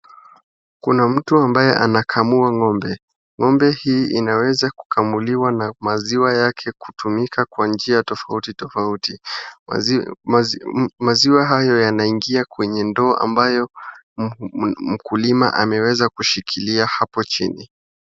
Kuna mtu ambaye anakamua ng'ombe. Ng'ombe hii inaweza kukamuliwa na maziwa yake kutumia kwa njia tofauti tofauti. Maziwa hayo yanaingia kwenye ndoo ambayo mkulima ameweza kushikilia hapo chini.